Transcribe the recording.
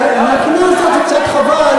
ומהבחינה הזאת זה קצת חבל